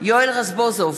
יואל רזבוזוב,